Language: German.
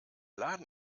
laden